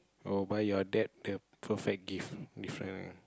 I will buy your dad the perfect gift